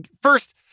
first